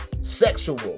sexual